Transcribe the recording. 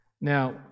Now